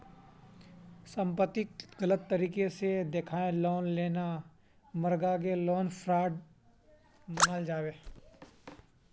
संपत्तिक गलत तरीके से दखाएँ लोन लेना मर्गागे लोन फ्रॉड मनाल जाबे